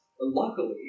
luckily